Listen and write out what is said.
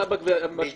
גם אם זה לא היה